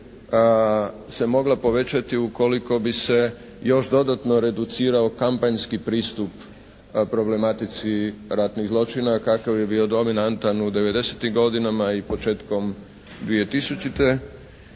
se mogla povećati ukoliko bi se još dodatno reducirao kampanjski pristup problematici ratnih zločina kakav je bio dominantan u devedesetim godinama i početkom 2000. i